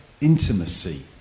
intimacy